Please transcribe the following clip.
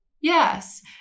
Yes